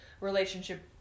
relationship